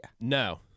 no